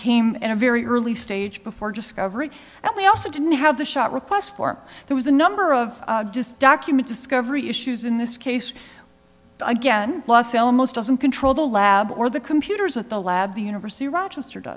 came in a very early stage before discovery and we also didn't have the shot requests for there was a number of documents discovery issues in this case again los alamos doesn't control the lab or the computers at the lab the university of rochester